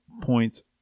points